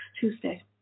Tuesday